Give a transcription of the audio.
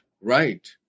Right